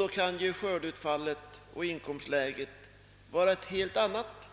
Då kan skördeutfallet och inkomstläget vara ett helt annat.